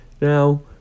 now